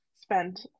spend